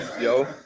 yo